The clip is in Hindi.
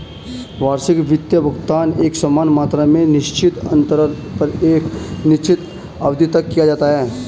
वार्षिक वित्त भुगतान एकसमान मात्रा में निश्चित अन्तराल पर एक निश्चित अवधि तक किया जाता है